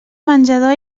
menjador